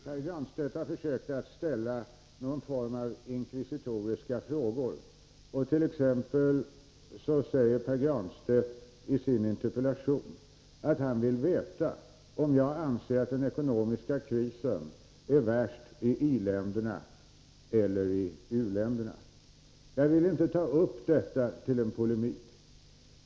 Herr talman! Pär Granstedt har försökt ställa någon form av inkvisitoriska frågor. T. ex. säger Pär Granstedt i sin interpellation att han vill veta om jag anser att den ekonomiska krisen är värst i i-länderna eller i u-länderna. Jag vill inte ta upp detta till en polemik.